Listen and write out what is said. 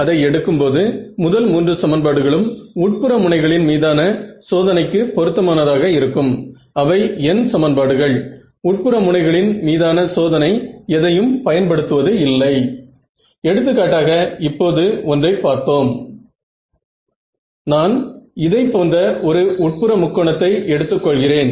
அடிப்படையில் மிகவும் மெல்லிய கம்பியினாலான கிட்டத்தட்ட பாதி அலை நீளம் உடைய ஆனால் சிறிது குறைந்த ஆண்டனாவை தேர்ந்தெடுக்க போகிறேன்